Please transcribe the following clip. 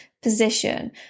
position